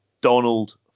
Donald